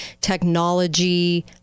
technology-